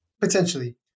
potentially